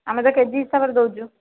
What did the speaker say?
ଆମେ ତ କେଜି ହିସାବରେ ଦେଉଛୁ